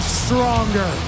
stronger